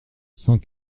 cent